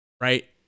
right